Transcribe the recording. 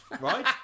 right